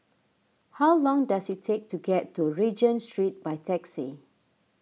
how long does it take to get to Regent Street by taxi